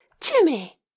Jimmy